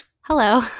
hello